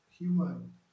Human